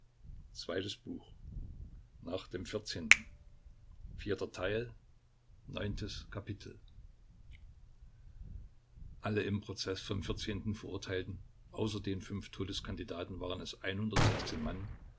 dmitrij mereschkowskij alle im prozeß vom vierzehnten verurteilten außer den fünf todeskandidaten waren es mann